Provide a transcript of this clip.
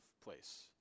place